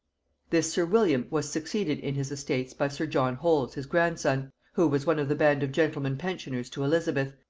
this sir william was succeeded in his estates by sir john holles his grandson, who was one of the band of gentlemen pensioners to elizabeth,